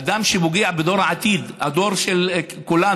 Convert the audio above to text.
אדם שפוגע בדור העתיד, הדור של כולנו,